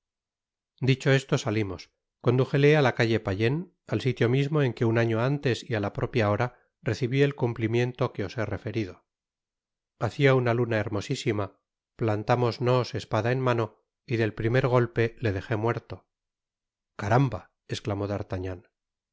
dicho esto salimos condújele á la calle payenne al sitio mismo en que un año antes y á la propia hora recibi el cumplimiento que os he referido hacia una luna hermosisima plantámosnos espada en mano y del primer golpe le dejé muerto caramba esclamó d'artagnan